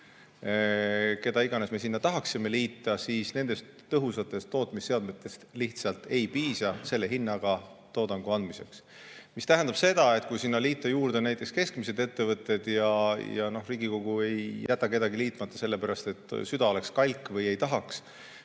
keda iganes me tahaksime sinna liita, siis nendest tõhusatest tootmisseadmetest lihtsalt ei piisa selle hinnaga toodangu andmiseks. See tähendab seda, et kui sinna liita juurde näiteks keskmised ettevõtted – ja Riigikogu ei jäta kedagi liitmata sellepärast, et süda oleks kalk või ei tahaks,